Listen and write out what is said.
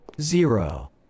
zero